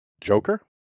Joker